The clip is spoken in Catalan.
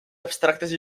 abstractes